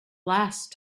last